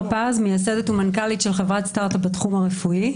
מייסדת ומנכ"לית של חברת סטרט אפ בתחום הרפואי.